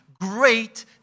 great